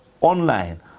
online